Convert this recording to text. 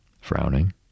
frowning